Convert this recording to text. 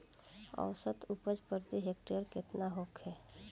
औसत उपज प्रति हेक्टेयर केतना होखे?